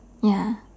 ya